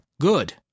Good